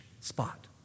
spot